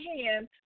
hand